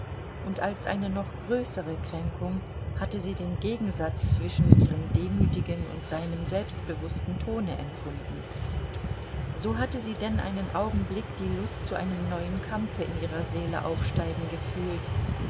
und als eine noch größere kränkung hatte sie den gegensatz zwischen ihrem demütigen und seinem selbstbewußten tone empfunden so hatte sie denn einen augenblick die lust zu einem neuen kampfe in ihrer seele aufsteigen gefühlt